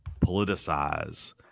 politicize